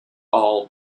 all